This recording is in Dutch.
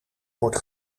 wordt